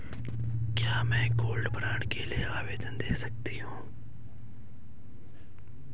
क्या मैं gold bond के लिए आवेदन दे सकती हूँ?